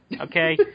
okay